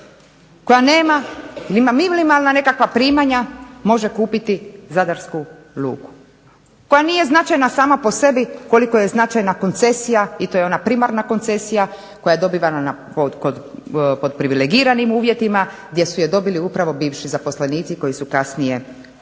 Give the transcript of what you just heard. koja ima minimalna nekakva primanja može kupiti zadarsku luku, koja nije značajna sama po sebi koliko je značajna koncesija i to je ona primarna koncesija koja je dobivena pod privilegiranim uvjetima gdje su je dobili upravo bivši zaposlenici koji su kasnije otuđivali.